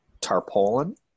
tarpaulin